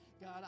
God